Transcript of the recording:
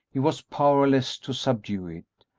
he was powerless to subdue it.